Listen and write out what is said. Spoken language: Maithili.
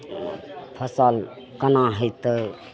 फसिल कोना हेतै